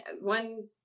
one